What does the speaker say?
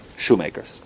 shoemakers